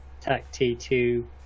TAC-T2